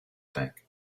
think